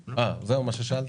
אה, זה מה ששאלת?